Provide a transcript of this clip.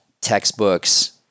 textbooks